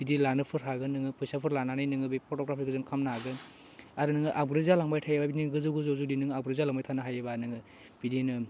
बिदि लानोफोर हागोन नोङो फैसाफोर लानानै नोंङो बे फट'ग्रापारखौ जयेन खालामनो हागोन आरो नोङो आपग्रेट जालांबाय बिदिनो गोजौ गोजौ जुदि नों आपग्रेट जालांबाय थानो हायोबा नोङो बिदि नों